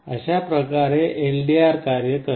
अशा प्रकारे LDR कार्य करते